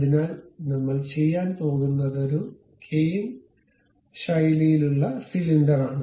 അതിനാൽ നമ്മൾ ചെയ്യാൻ പോകുന്നത് ഒരു കേയിൻ ശൈലിയിലുള്ള സിലിണ്ടറാണ്